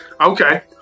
Okay